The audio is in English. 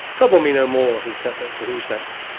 trouble me no more, he snapped at cahusac,